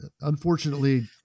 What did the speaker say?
Unfortunately